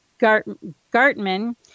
Gartman